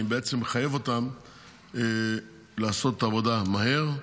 בעצם מחייב אותם לעשות את העבודה מהר.